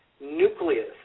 nucleus